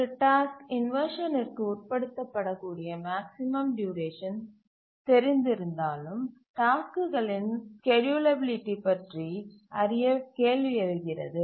ஒரு டாஸ்க் இன்வர்ஷனிற்கு உட்படுத்தபடக்கூடிய மேக்ஸிமம் டியூரேஷன் தெரிந்திருந்தாலும் டாஸ்க்குகளின் ஸ்கேட்யூலபிலிட்டி பற்றி அறிய கேள்வி எழுகிறது